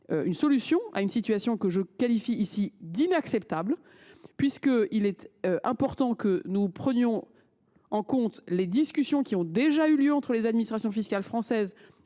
une solution à cette situation que je qualifierai d’inacceptable. Il est important que nous prenions en compte les discussions qui ont déjà eu lieu entre les administrations fiscales française